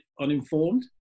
uninformed